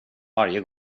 varje